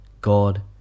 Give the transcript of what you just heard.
God